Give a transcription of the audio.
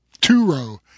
two-row